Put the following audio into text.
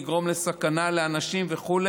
לגרום לסכנה לאנשים וכו',